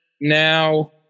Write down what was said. now